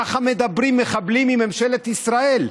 ככה מדברים מחבלים עם ממשלת ישראל.